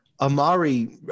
Amari